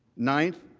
ninth,